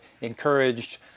encouraged